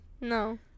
No